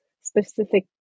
specific